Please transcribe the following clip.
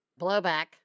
blowback